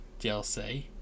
DLC